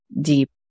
deep